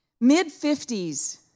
mid-50s